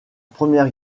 première